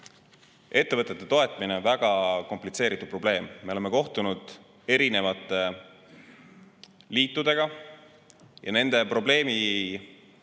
ettevõtete toetamine on väga komplitseeritud probleem. Me oleme kohtunud erinevate liitudega ja nende probleemitunnetus